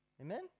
Amen